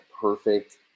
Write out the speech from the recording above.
perfect